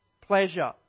pleasure